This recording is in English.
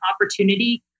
opportunity